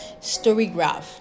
StoryGraph